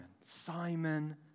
Simon